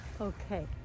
Okay